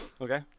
Okay